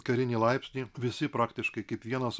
karinį laipsnį visi praktiškai kaip vienas